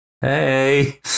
hey